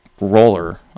roller